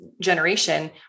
generation